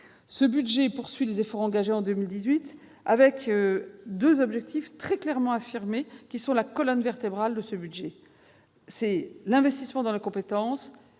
Ce budget poursuit les efforts engagés en 2018 avec deux objectifs très clairement affirmés, qui en sont la colonne vertébrale. Il s'agit d'abord de l'investissement dans les compétences